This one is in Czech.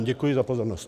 Děkuji za pozornost.